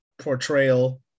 portrayal